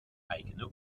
eigene